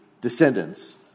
descendants